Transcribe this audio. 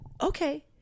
Okay